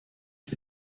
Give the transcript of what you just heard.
ich